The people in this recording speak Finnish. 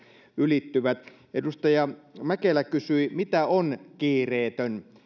ylittyvät edustaja mäkelä kysyi mitä on kiireetön